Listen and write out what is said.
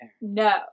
No